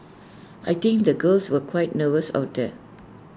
I think the girls were quite nervous out there